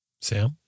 Sam